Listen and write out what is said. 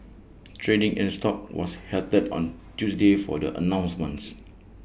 trading in stock was halted on Tuesday for the announcements